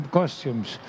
costumes